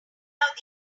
out